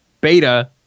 beta